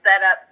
setups